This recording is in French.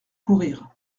courir